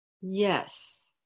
Yes